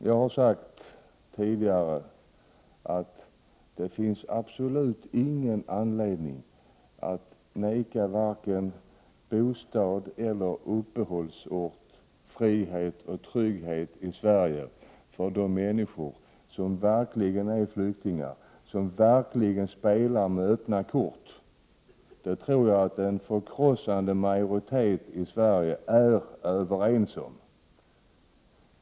Jag har tidigare sagt att det absolut inte finns någon anledning att neka de människor som verkligen är flyktingar och som spelar med öppna kort bostad och uppehållsort, frihet och trygghet i Sverige. Det tror jag att en förkrossande majoritet i Sverige är överens om.